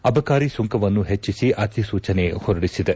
ಅಬಕಾರಿ ಸುಂಕವನ್ನು ಹೆಚ್ಚಿಸಿ ಅಧಿಸೂಚನೆ ಹೊರಡಿಸಿದೆ